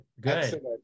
good